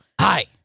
Hi